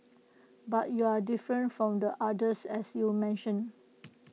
but you're different from the others as you mentioned